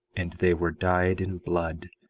and they were dyed in blood,